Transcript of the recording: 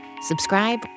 Subscribe